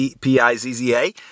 P-I-Z-Z-A